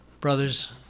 Brothers